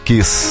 Kiss